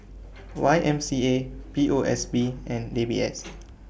Y M C A P O S B and D B S